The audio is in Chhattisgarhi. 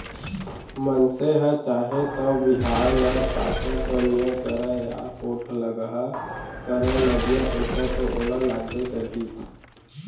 मनसे ह चाहे तौ बिहाव ल पातर पनियर करय या पोठलगहा करय नगदी पइसा तो ओला लागबे करही